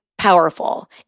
powerful